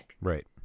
Right